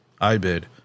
Ibid